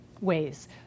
ways